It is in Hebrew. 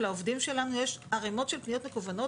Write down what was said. לעובדים שלנו יש ערימות של פניות מקוונות,